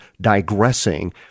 digressing